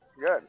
Good